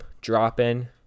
drop-in